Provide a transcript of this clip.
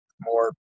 more